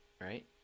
right